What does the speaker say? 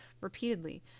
Repeatedly